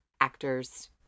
actors